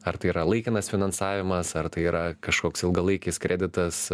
ar tai yra laikinas finansavimas ar tai yra kažkoks ilgalaikis kreditas